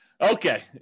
Okay